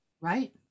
Right